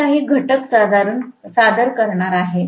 हे काही घटक सादर करणार आहे